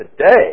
today